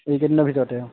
এইকেইদিনৰ ভিতৰতে অঁ